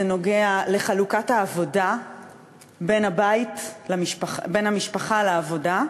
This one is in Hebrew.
זה נוגע בחלוקת העבודה בין המשפחה לעבודה,